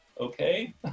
Okay